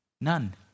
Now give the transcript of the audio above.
none